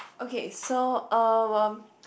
okay so um